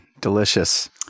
Delicious